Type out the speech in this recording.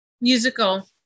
Musical